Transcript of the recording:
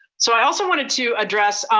so i also wanted to address,